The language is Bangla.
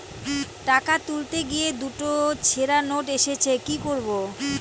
টাকা তুলতে গিয়ে দুটো ছেড়া নোট এসেছে কি করবো?